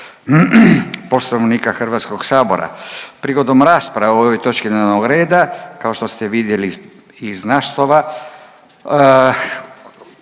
Poslovnika Hrvatskog sabora. Prigodom rasprave o ovoj točki dnevnog reda kao što ste vidjeli iz naslova